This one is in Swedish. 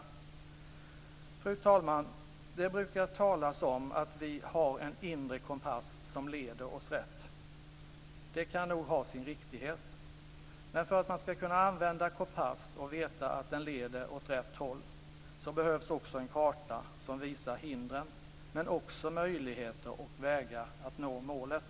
Fru talman! Det brukar talas om att vi har en inre kompass som leder oss rätt. Det kan nog ha sin riktighet, men för att man skall kunna använda kompass och veta att den leder åt rätt håll behövs det också en karta som visar hindren men också möjligheter och vägar att nå målet.